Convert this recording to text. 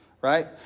right